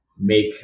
Make